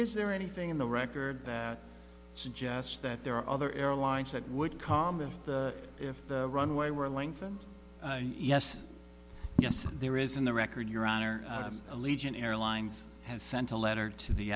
is there anything in the record that suggests that there are other airlines that would come if the if the runway were lengthened and yes yes there is in the record your honor allegiant airlines has sent a letter to the